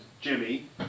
Jimmy